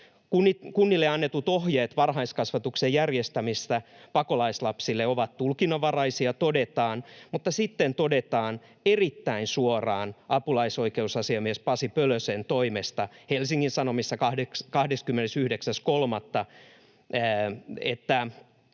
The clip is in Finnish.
Kunnille annetut ohjeet varhaiskasvatuksen järjestämisestä pakolaislapsille ovat tulkinnanvaraisia, todetaan, mutta sitten todetaan erittäin suoraan apulaisoikeusasiamies Pasi Pölösen toimesta Helsingin Sanomissa 29.3.,